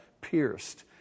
pierced